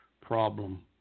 problem